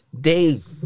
Dave